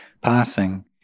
passing